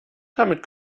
damit